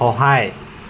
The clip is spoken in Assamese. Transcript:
সহায়